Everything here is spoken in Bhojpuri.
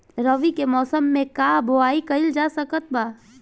रवि के मौसम में का बोआई कईल जा सकत बा?